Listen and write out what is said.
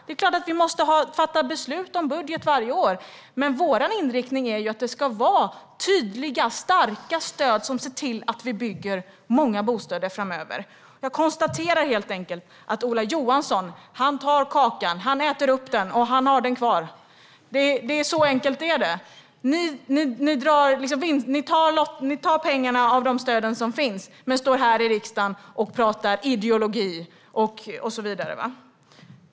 Det är klart att vi måste fatta beslut om budgeten varje år. Vår inriktning är att det ska vara tydliga, starka stöd som ser till att vi bygger många bostäder framöver. Jag konstaterar att Ola Johansson tar kakan, äter upp den och har den kvar. Så enkelt är det. Ni tar pengarna i stöden som finns men står här i riksdagen och talar ideologi och så vidare.